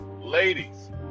Ladies